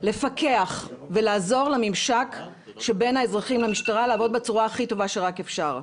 לפקח ולעזור לממשק שבין האזרחים למשטרה לעבוד בצורה הכי טובה שרק אפשר,